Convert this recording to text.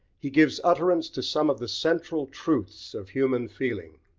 he gives utterance to some of the central truths of human feeling,